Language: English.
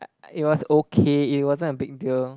I it was okay it wasn't a big deal